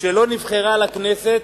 כשלא נבחרה לכנסת,